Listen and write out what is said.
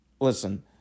Listen